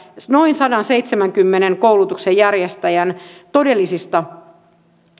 noin sadanseitsemänkymmenen koulutuksen järjestäjän todellisista